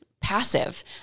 passive